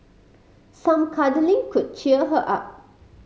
some cuddling could cheer her up